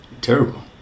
terrible